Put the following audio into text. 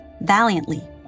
valiantly